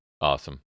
Awesome